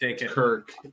Kirk